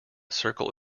circle